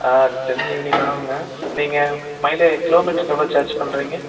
ஆ ஒரு ten evening ஆகுங்க நீங்கள் மைலே கிலோ மீட்டருக்கு எவ்வளோ சார்ஜ் பண்ணுறீங்க